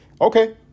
Okay